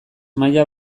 maila